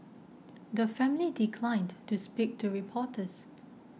the family declined to speak to reporters